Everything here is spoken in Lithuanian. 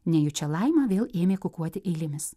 nejučia laima vėl ėmė kukuoti eilėmis